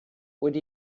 would